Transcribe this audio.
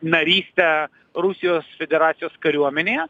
narystę rusijos federacijos kariuomenėje